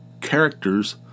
characters